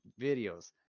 videos